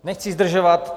Nechci zdržovat.